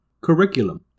Curriculum